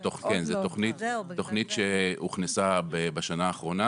זה תוכנית שהוכנסה בשנה האחרונה